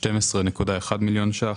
12.1 מיליון ₪.